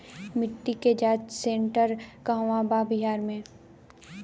मिटी के जाच सेन्टर कहवा बा बिहार में?